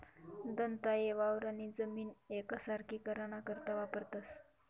दंताये वावरनी जमीन येकसारखी कराना करता वापरतंस